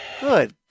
Good